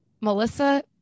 Melissa